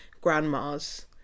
grandmas